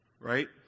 Right